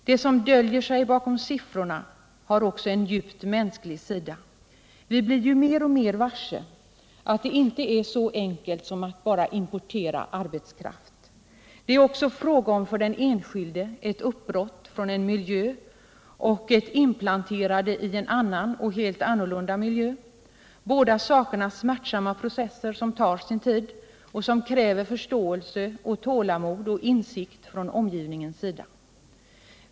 Det som döljer sig bakom siffrorna har också en djupt mänsklig sida. Vi blir ju mer och mer varse att det inte är så enkelt som att importera arbetskraft. Det är också för den enskilde fråga om ett uppbrott från en miljö och ett inplanterande i en annan och helt annorlunda miljö — båda sakerna smärtsamma processer som tar sin tid och som kräver förståelse, tålamod och insikt från omgivningens sida.